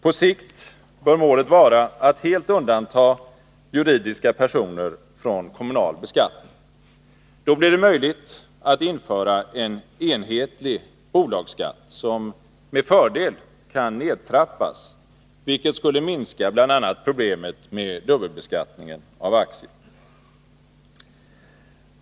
På sikt bör målet vara att helt undanta juridiska personer från kommunal beskattning. Då blir det möjligt att införa en enhetlig bolagsskatt, som med fördel kan nedtrappas, vilket skulle minska bl.a. problemet med dubbelbeskattningen av aktier.